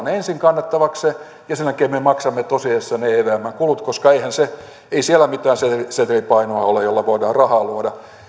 ne ensin kannettavakseen ja sen jälkeen me maksamme tosiasiassa ne evmn kulut koska eihän siellä mitään setelipainoa ole jolla voidaan rahaa luoda